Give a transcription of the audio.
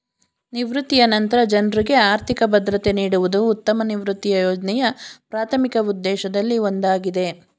ನಿವೃತ್ತಿಯ ನಂತ್ರ ಜನ್ರುಗೆ ಆರ್ಥಿಕ ಭದ್ರತೆ ನೀಡುವುದು ಉತ್ತಮ ನಿವೃತ್ತಿಯ ಯೋಜ್ನೆಯ ಪ್ರಾಥಮಿಕ ಉದ್ದೇಶದಲ್ಲಿ ಒಂದಾಗಿದೆ